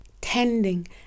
tending